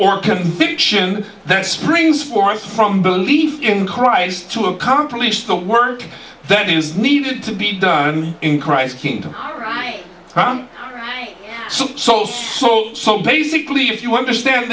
or conviction that springs forth from belief in christ to accomplish the work that is needed to be done in christ came to my own i so so so so basically if you understand